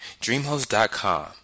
DreamHost.com